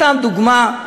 סתם דוגמה,